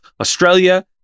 Australia